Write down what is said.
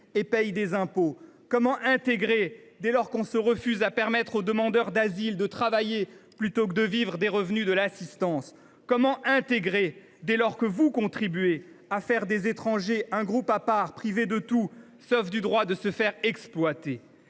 et paient des impôts ? Comment intégrer, dès lors qu’on se refuse à permettre aux demandeurs d’asile de travailler plutôt que de vivre des revenus de l’assistance ? Comment intégrer, dès lors que vous contribuez à faire des étrangers un groupe à part, privés de tout, sauf du droit d’être exploités ?